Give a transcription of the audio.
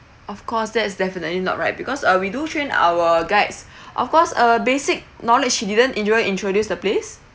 of course that's definitely not right because uh we do train our guides of course uh basic knowledge she didn't really introduce the place